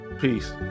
peace